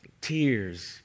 Tears